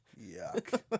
Yuck